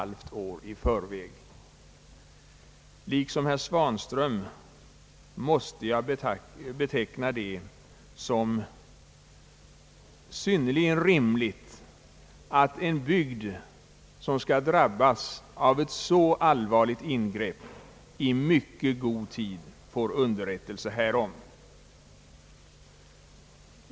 Liksom herr Svanström måste jag beteckna det såsom synnerligen rimligt att en bygd, som skall drabbas av ett så allvarligt ingrepp, i mycket god tid får underrättelse härom.